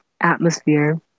atmosphere